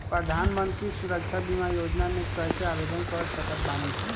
प्रधानमंत्री सुरक्षा बीमा योजना मे कैसे आवेदन कर सकत बानी?